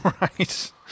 Right